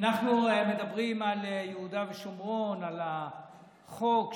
אנחנו מדברים על יהודה ושומרון, על החוק,